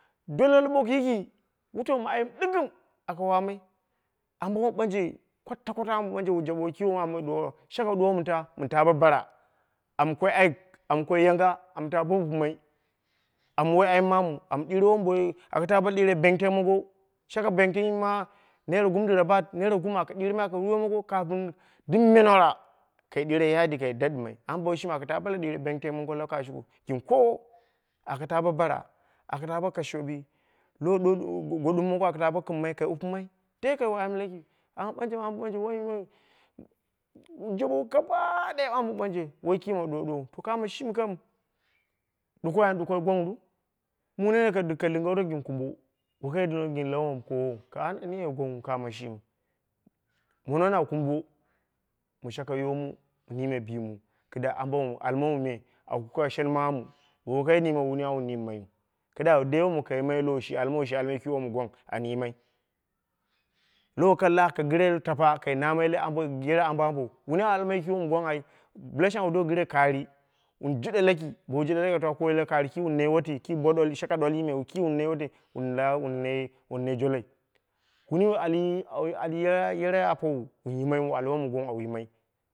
Dole loɓok yiki, wutau ma ayim ɗɨgɨm aka wammai ambo mamu ɓanje kwata kwata ambo mamu ɓanje wu jaɓowu ki shakam ɗuwa minta bo baa bara am koi ayik, am koi yanga am ta bo wupɨmai am wai ayim mamu am ɗire wom woi a ɗire benten mongo, shaka benten, ma naira gum dira baat naira gum aka ɗire womongo kapin dɨm menwara kai ɗɨre yadi kai dadɨmai amma bo woi kishjimiu aka taa bo ɗire benten mongo la kashuku gɨn koowo aka taa bo bara, aka taabo kashe shombi lolo godɨm mongo aka taa bo kɨmmai kai wupɨmai daikai wai ayim laki, ambo maamu ɓanje, wowun yimmaiyu, wu jaɓowu gaba daya ambo mɨ banje woi ki mɨ duwau to kamo shimi kam ɗukoi an yima gwangru? Kuma nene ka gindɨko gɨn kumbo woi kai lau woma koowou to an ye woma koomuu kamo woi shimi, mono na kumbo mɨ shake yoomu mɨ niime bimu kɨdda ambo mɨ wun almamu me awu kuke shenmamu wom wokai niimau wuni au niimmai kɨddai adi wom kai yimai lowo shi almai wom gwang an yimai, lowo kalla kai gɨre tapa, kai naamai la yere ambo ambo wuni au almai ki wom gwang a awu do gɨre kaari wu jiɗe laki bowu jiɗe laki a koomai ki wun nai waati shaka dwalli me ki wun nai waati la wun nai jolloi wuni wu ali yere apowu an almai ki wom gwang au yimai.